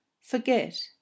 forget